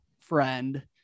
friend